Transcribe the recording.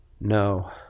no